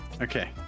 Okay